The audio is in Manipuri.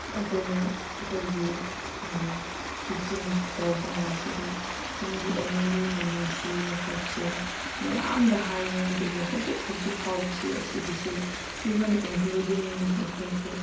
ꯑꯩꯈꯣꯏꯅ ꯑꯩꯈꯣꯏꯒꯤ ꯇꯤꯆꯤꯡ ꯇꯧꯕꯀꯥꯟꯁꯤꯗ ꯅꯪꯒꯤ ꯑꯦꯅꯤꯃꯤꯕꯨ ꯅꯨꯡꯁꯤꯌꯨ ꯍꯥꯏꯕꯁꯦ ꯃꯌꯥꯝꯗ ꯍꯥꯏꯌꯦ ꯑꯗꯨꯕꯨ ꯍꯧꯖꯤꯛ ꯍꯧꯖꯤꯛ ꯐꯥꯎꯕꯁꯦ ꯑꯁꯤꯒꯤꯁꯦ ꯏꯕꯟ ꯏꯪꯀ꯭ꯂꯨꯗꯤꯡ ꯃꯤ ꯑꯩꯈꯣꯏꯁꯨ